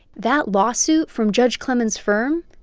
that lawsuit from judge clemon's firm,